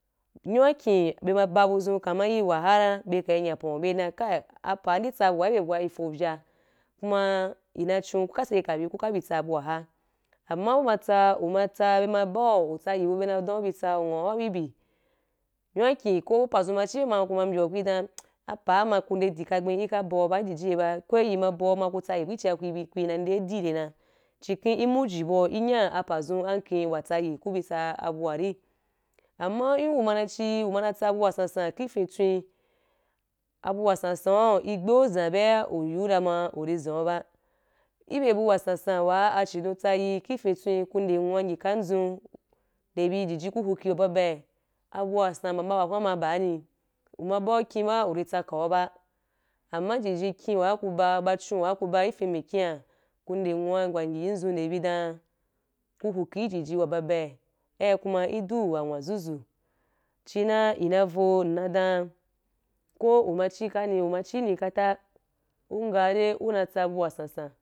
Yinu wakye, be ma ba buzun ka ma iri wa ha, be kai nyapon, be dɛn kai” apɛ’a ndi tsa wa ibe wu, ifovya, ku ma ina chun ku ka sake ka bi ku tsaby’aha. Amma uma tsa, uma tsa be na ba, utsa hibu be na dan ubi tsa ugha wa bibi, yinu wakye kp pazu ma ci be ma, ku mɛ nbyo, ku dan apa ma ku nde’di kagbe ika bau’ba jiji ye ba, ko ima bau ku tsahi bu chi ya, ku bi ku na nde’di ire na. Cin ken imuji ba’u, iya pazu auka watsayi ku bi tsa abu wari. Amma i’uma na chi uma na tss bu wasansan i fitwen. Abu wasansan’n igbe zan bya ú yu ra ma uri zana ba, ibe bu wasansan wa abidon tsayi ki fitwen ku nde a nwúwa nyi kan zun nde bi jiji ku huki wa baba’ci abu wasan mbaa mba wa hun ra ma ba’a ni. Uma bau kin ba uri tsaka’u ba, amma ijiji kin wa’ ku ba, ba chu wa kuba ifimikhiya, nde nwu’a wa nyi zun nde be dan ku khuki ijiji wa baba, ai ku ma ido wa nwa zuzu. Cin na ina vo una dan ko uma chi kani, uma chì ni kata’i u’ngah de una tsabu wasansan.